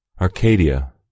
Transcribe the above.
Arcadia